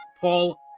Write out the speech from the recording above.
Paul